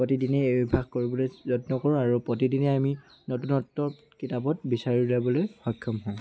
প্ৰতিদিনেই অভ্যাস কৰিবলৈ যত্ন কৰোঁ আৰু প্ৰতিদিনেই আমি নতুনত্ব কিতাপত বিচাৰি উলিয়াবলৈ সক্ষম হওঁ